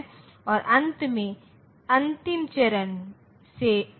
X और y के संभावित मान क्या हैं